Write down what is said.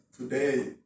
Today